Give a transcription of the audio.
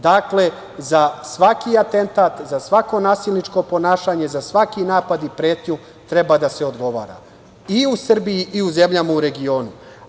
Dakle, za svaki atentat, za svako nasilničko ponašanje, ispad i pretnju treba da se odgovara i u Srbiji i u zemljama u regionu.